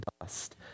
dust